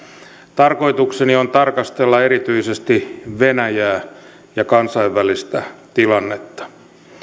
tarkoitukseni on tarkastella erityisesti venäjää ja kansainvälistä tilannetta